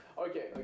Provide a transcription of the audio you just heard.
Okay